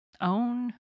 own